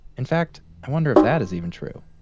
in fact, i wonder if that is even true.